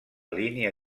línia